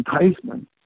enticement